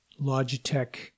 Logitech